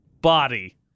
body